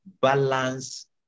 balance